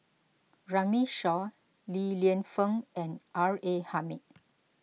Runme Shaw Li Lienfung and R A Hamid